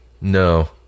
No